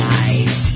eyes